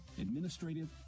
administrative